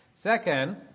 Second